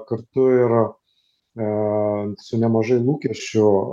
kartu ir su nemažai lūkesčių